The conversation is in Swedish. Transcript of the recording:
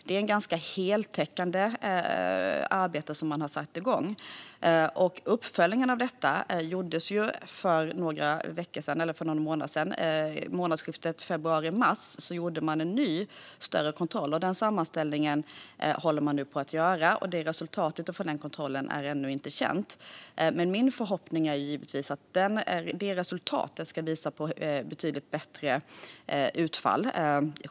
Det är ett ganska heltäckande arbete man har satt igång. Uppföljningen av detta gjordes för någon månad sedan. I månadsskiftet februari/mars gjorde man en ny större kontroll som man nu håller på att sammanställa. Resultatet av den kontrollen är ännu inte känt, men min förhoppning är givetvis att den ska visa på ett betydligt bättre utfall.